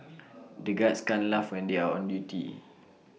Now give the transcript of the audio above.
the guards can't laugh when they are on duty